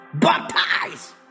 Baptize